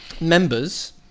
Members